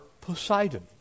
Poseidon